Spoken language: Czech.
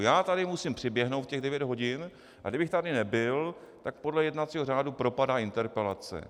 Já tady musím přiběhnout v těch devět hodin, a kdybych tady nebyl, tak podle jednacího řádu propadá interpelace.